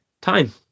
time